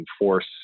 enforce